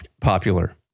popular